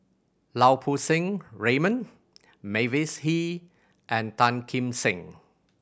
Lau Poo Seng Raymond Mavis Hee and Tan Kim Seng